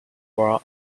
were